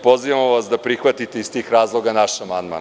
Pozivamo vas da prihvatite iz tih razloga naš amandman.